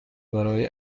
برای